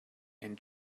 and